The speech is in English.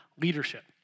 leadership